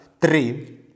three